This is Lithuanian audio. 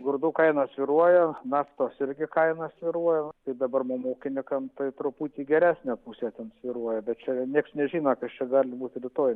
grūdų kainos svyruoja naftos irgi kainos svyruoja tai dabar mum ūkininkam tai truputį į geresnę pusę ten svyruoja bet čia niekas nežino čia gali būt rytoj